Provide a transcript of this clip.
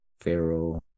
Pharaoh